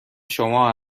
شما